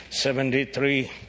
73